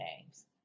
names